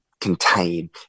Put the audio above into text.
contain